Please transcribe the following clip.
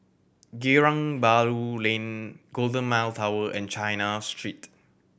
Geylang Bahru Lane Golden Mile Tower and China Street